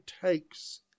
takes